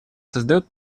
создает